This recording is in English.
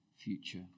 Future